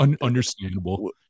understandable